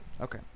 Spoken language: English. Okay